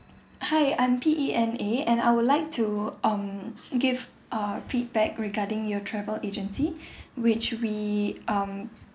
hi I'm P E N A and I would like to um give uh feedback regarding your travel agency which we um